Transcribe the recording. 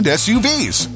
suvs